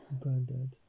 granddad